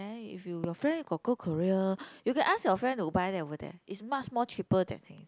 then if you your friend got go Korea you can ask your friend to buy that over there it's much more cheaper that thing